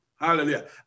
Hallelujah